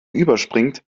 überspringt